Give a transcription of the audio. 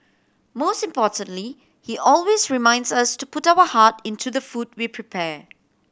most importantly he always reminds us to put our heart into the food we prepare